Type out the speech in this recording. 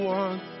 one